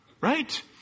Right